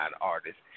artist